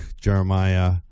Jeremiah